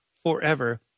forever